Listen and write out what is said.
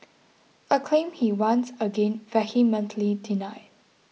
a claim he once again vehemently denied